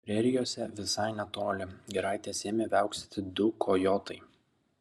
prerijose visai netoli giraitės ėmė viauksėti du kojotai